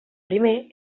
primer